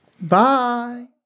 Bye